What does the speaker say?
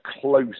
close